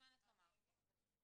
מוזמנת לומר.